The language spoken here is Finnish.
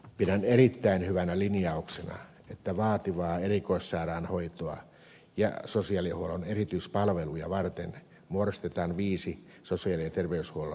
pidän erittäin hyvänä linjauksena että vaativaa erikoissairaanhoitoa ja sosiaalihuollon erityispalveluja varten muodostetaan viisi sosiaali ja terveyshuollon erityisvastuualuetta